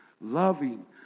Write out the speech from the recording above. loving